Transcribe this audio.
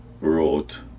wrote